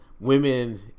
women